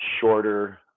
shorter